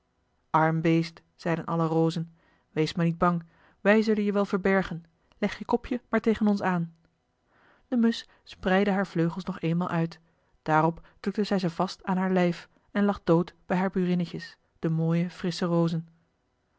arm beest zeiden alle rozen wees maar niet bang wij zullen je wel verbergen leg je kopje maar tegen ons aan de musch spreidde haar vleugels nog eenmaal uit daarop drukte zij ze vast aan haar lijf en lag dood bij haar burinnetjes de mooie frissche rozen